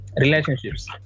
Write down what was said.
Relationships